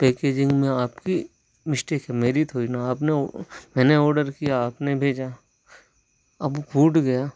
packaging में आपकी mistake है मेरी थोड़ी ना आपने मैंने ऑर्डर किया आपने भेजा अब फूट गया